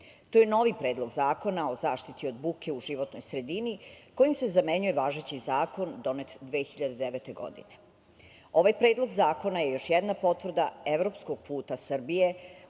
To je novi Predlog zakona o zaštiti od buke u životnoj sredini, kojim se zamenjuje važeći Zakon, donet 2009. godine. Ovaj Predlog zakona je još jedna potvrda evropskog puta Srbije